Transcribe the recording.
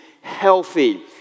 healthy